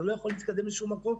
זה לא יכול להתקדם לשום מקום,